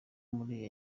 muri